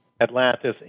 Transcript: Atlantis